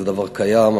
זה דבר קיים,